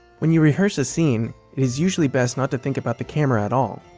when you rehearse a scene, it is usually best not to think about the camera at all.